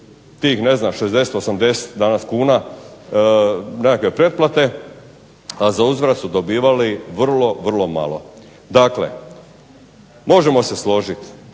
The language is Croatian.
Tih ne znam 60, 80 kuna danas nekakve pretplate, a za uzvrat su dobivali vrlo, vrlo malo. Dakle, možemo se složiti